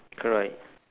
correct